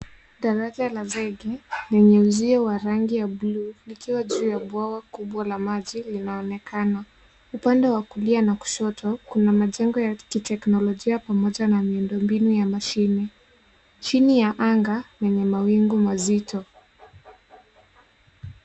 Daraja la zege lenye uzio wa rangi ya buluu likiwa juu ya bwawa kubwa la maji linaonekana. Upande wa kulia na kushoto kuna majengo ya kiteknolojia pamoja na miundo mbinu ya mashine, chini ya anga yenye mawingu mazito